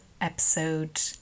episode